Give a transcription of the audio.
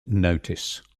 notice